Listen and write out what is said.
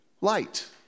light